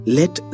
Let